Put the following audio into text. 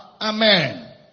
Amen